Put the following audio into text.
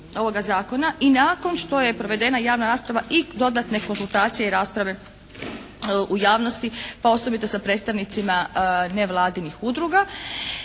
i nakon što je provedena javna rasprava i dodatne konzultacije i rasprave u javnosti pa osobito sa predstavnicima nevladinih udruga